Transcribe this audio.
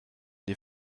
die